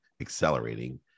accelerating